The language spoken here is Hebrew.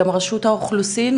גם רשות האוכלוסין,